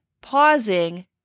pausing